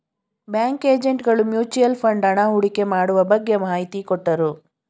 bank agent ಗಳು mutual fund ಹಣ ಹೂಡಿಕೆ ಮಾಡುವ ಬಗ್ಗೆ ಮಾಹಿತಿ ಕೊಟ್ಟರು